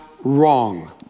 wrong